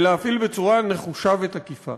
ולהפעיל בצורה נחושה ותקיפה.